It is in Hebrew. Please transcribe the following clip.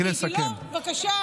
התקציב לא מביא שום בשורה.